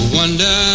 wonder